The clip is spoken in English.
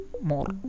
more